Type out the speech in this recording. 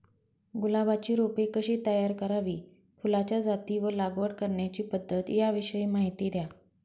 गुलाबाची रोपे कशी तयार करावी? फुलाच्या जाती व लागवड करण्याची पद्धत याविषयी माहिती द्या